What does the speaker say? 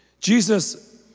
Jesus